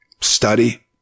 study